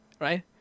right